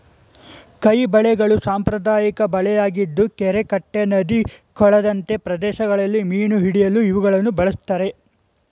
ಕೈ ಬಲೆಗಳು ಸಾಂಪ್ರದಾಯಿಕ ಬಲೆಯಾಗಿದ್ದು ಕೆರೆ ಕಟ್ಟೆ ನದಿ ಕೊಳದಂತೆ ಪ್ರದೇಶಗಳಲ್ಲಿ ಮೀನು ಹಿಡಿಯಲು ಇವುಗಳನ್ನು ಬಳ್ಸತ್ತರೆ